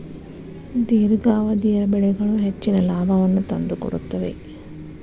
ದೇರ್ಘಾವಧಿಯ ಬೆಳೆಗಳು ಹೆಚ್ಚಿನ ಲಾಭವನ್ನು ತಂದುಕೊಡುತ್ತವೆ